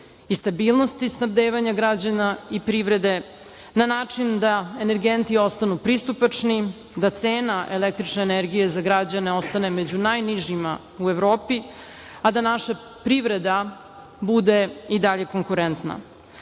i stabilnosti snabdevanja građana i privrede na način da energenti ostanu pristupačni, da cena električne energije za građane ostane među najnižima u Evropi, a da naša privreda bude i dalje konkurentna. Značajno